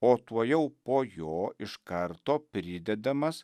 o tuojau po jo iš karto pridedamas